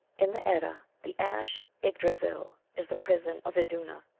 in the eclda the ash yggdrasil is the prison of iduna.